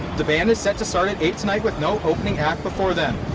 the band is set to start at eight tonight with no opening act before them.